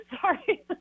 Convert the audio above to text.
sorry